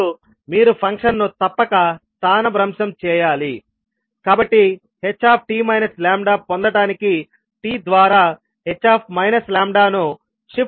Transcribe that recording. ఇప్పుడు మీరు ఫంక్షన్ను తప్పక స్థానభ్రంశం చేయాలికాబట్టి ht λ పొందటానికి t ద్వారా h λ ను షిఫ్ట్ లేదా డిలే చేయాలి